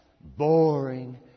boring